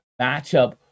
matchup